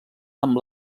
amb